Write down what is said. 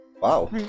wow